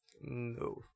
No